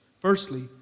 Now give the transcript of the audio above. Firstly